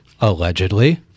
Allegedly